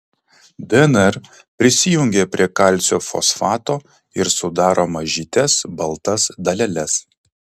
dnr prisijungia prie kalcio fosfato ir sudaro mažytes baltas daleles